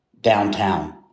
downtown